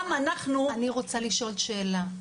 אני רוצה לשאול שאלה.